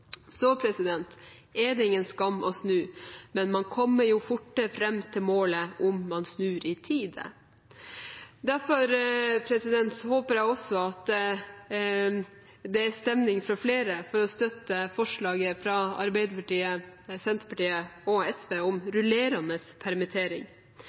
Så det er ingen skam å snu, men man kommer fortere fram til målet om man snur i tide. Derfor håper jeg også at det er stemning hos flere for å støtte forslaget fra Arbeiderpartiet, Senterpartiet og SV om rullerende permittering.